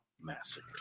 Massacre